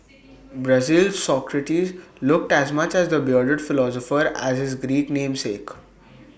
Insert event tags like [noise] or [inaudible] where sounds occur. [noise] Brazil's Socrates looked as much the bearded philosopher as his Greek namesake